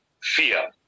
fear